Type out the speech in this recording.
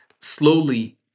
slowly